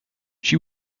she